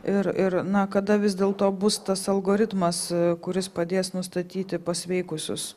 ir ir na kada vis dėlto bus tas algoritmas kuris padės nustatyti pasveikusius